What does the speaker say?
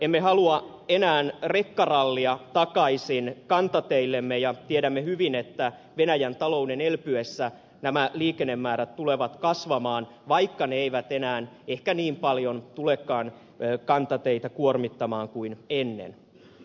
emme halua enää rekkarallia takaisin kantateillemme ja tiedämme hyvin että venäjän talouden elpyessä nämä liikennemäärät tulevat kasvamaan vaikka ne eivät enää ehkä niin paljon tulekaan kantateitä kuormittamaan kuin ennen